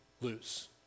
lose